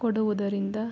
ಕೊಡುವುದರಿಂದ